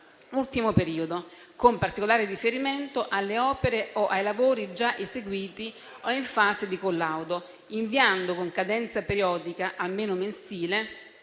ultimo periodo, con particolare riferimento alle opere o ai lavori già eseguiti o in fase di collaudo, inviando con cadenza periodica, almeno mensile,